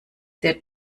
der